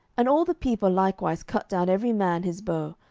and all the people likewise cut down every man his bough,